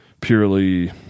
purely